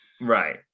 Right